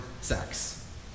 sex